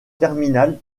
terminal